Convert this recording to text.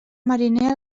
mariner